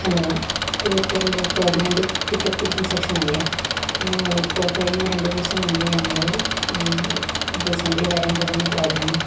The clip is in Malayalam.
ഹലോ തിയേറ്ററില്െ പ്രോഗ്രാൻ ടിക്കറ്റ് ബുക്കിംഗ് സെക്ഷൻല്ലേ ഞങ്ങളിപ്പോ കഴിഞ്ഞ രണ്ട്ു ദിവസം മുന്നേ ഞങ്ങള് റീസെൻ്ലി വരാൻ പോകുന്ന പ്രോഗ്രാം